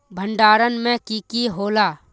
भण्डारण में की की होला?